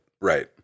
Right